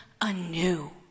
anew